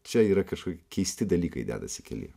čia yra kažkokie keisti dalykai dedasi kely